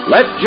Let